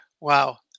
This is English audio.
wow